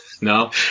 no